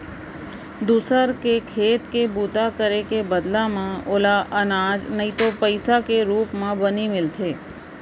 दूसर के खेत के बूता करे के बदला म ओला अनाज नइ तो पइसा के रूप म बनी मिलथे